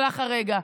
שהלך הרגע,